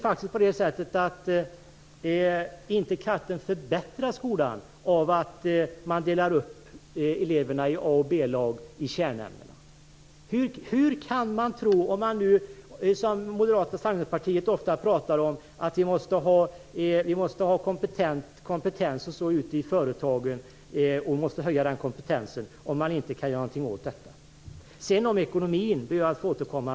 Inte katten förbättras skolan av att man delar upp eleverna i A och B-lag i kärnämnena. Moderata samlingspartiet pratar ofta om att vi måste höja kompetensen ute i företagen, hur kan man tro att det skall gå om man inte kan göra någonting åt detta? Om ekonomin ber jag att få återkomma.